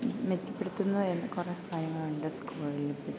മെച്ചപ്പെടുത്തുന്നതിന് കുറേ കാര്യങ്ങളുണ്ട് സ്കൂളുകളില് ഇപ്പോള്